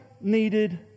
needed